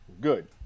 Good